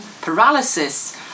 paralysis